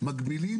בעצם מגבילים